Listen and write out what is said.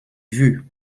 vue